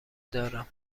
دارم